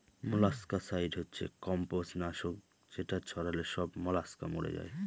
molluscicide হচ্ছে কম্বজ নাশক যেটা ছড়ালে সব মলাস্কা মরে যায়